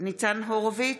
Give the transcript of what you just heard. ניצן הורוביץ,